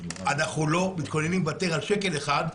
אנחנו לא מתכוננים לוותר על שקל אחד.